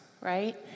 right